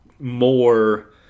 More